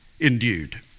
endued